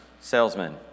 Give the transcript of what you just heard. salesmen